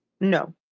No